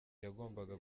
yagombaga